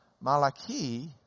Malachi